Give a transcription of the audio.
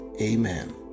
Amen